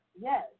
Yes